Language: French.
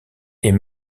est